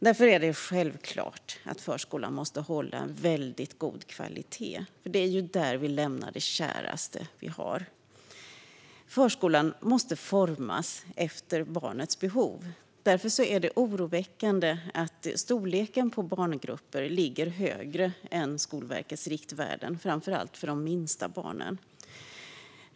Därför är det självklart att förskolan måste hålla en väldigt god kvalitet. Det är ju där vi lämnar det käraste vi har. Förskolan måste formas efter barnets behov. Därför är det oroväckande att storleken på barngrupper ligger högre än Skolverkets riktvärden, framför allt för de minsta barnen.